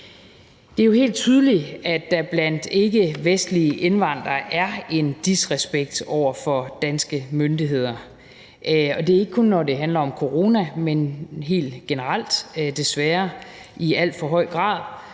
Det er jo helt tydeligt, at der blandt ikkevestlige indvandrere er en disrespekt over for danske myndigheder, og det er ikke kun, når det handler om corona, men desværre helt generelt i alt for høj grad,